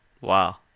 Wow